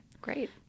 Great